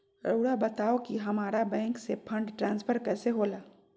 राउआ बताओ कि हामारा बैंक से फंड ट्रांसफर कैसे होला?